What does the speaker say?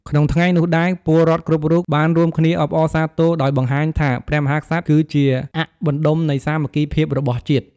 ក្នុងថ្ងៃនោះដែរ ពលរដ្ឋគ្រប់រូប បានរួមគ្នាអបអរសាទរ ដោយបង្ហាញថាព្រះមហាក្សត្រគឺជាអ័ក្សបណ្ដុំនៃសាមគ្គីភាពរបស់ជាតិ។